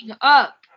up